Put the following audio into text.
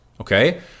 okay